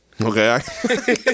Okay